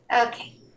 Okay